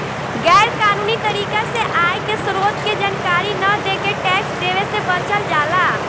गैर कानूनी तरीका से आय के स्रोत के जानकारी न देके टैक्स देवे से बचल जाला